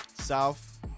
South